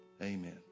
amen